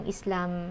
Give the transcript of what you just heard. Islam